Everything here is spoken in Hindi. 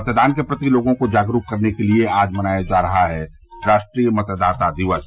मतदान के प्रति लोगों को जागरूक करने के लिए आज मनाया जा रहा है राष्ट्रीय मतदाता दिवस